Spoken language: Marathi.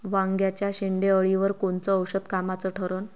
वांग्याच्या शेंडेअळीवर कोनचं औषध कामाचं ठरन?